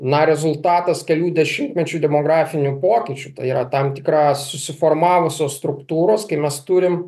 na rezultatas kelių dešimtmečių demografinių pokyčių tai yra tam tikras susiformavusios struktūros kai mes turim